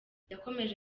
yakomeje